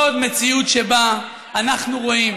לא עוד מציאות שבה אנחנו רואים